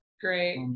Great